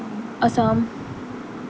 Assam